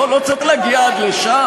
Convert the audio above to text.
לא, לא צריך להגיע עד לשם.